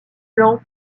blanc